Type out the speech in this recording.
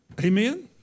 Amen